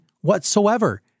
whatsoever